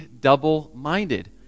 double-minded